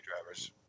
drivers